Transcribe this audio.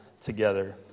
together